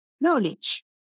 knowledge